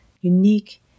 unique